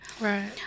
right